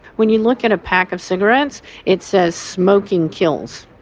when you look at a pack of cigarettes it says smoking kills.